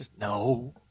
No